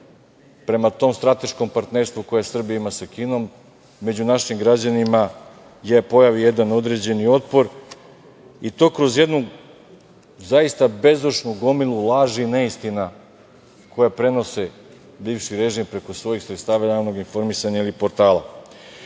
prema tom strateškom partnerstvu koje Srbija ima sa Kinom, među našim građanima se pojavi jedan određeni otpor i to kroz jednu, zaista bezdušnu gomilu laži i neistina koje prenosi bivši režim, preko svojih sredstava javnog informisanja ili portala. Ako